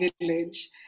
village